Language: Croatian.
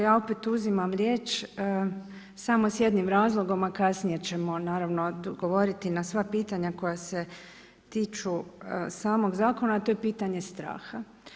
Ja opet uzimam riječ, samo s jednim razlogom, a kasnije ćemo naravno odgovoriti na sva pitanja koja se tiču samog zakona, a to je pitanje straha.